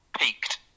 peaked